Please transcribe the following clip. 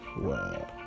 Wow